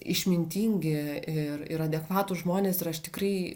išmintingi ir ir adekvatūs žmonės ir aš tikrai